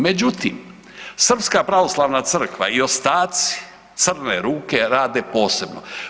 Međutim, Srpska pravoslavna crkva i ostaci crne ruke rade posebno.